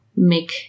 Make